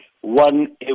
one